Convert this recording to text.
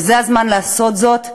וזה הזמן לעשות זאת,